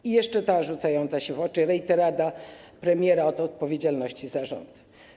I jeszcze ta rzucająca się w oczy rejterada premiera od odpowiedzialności za rząd.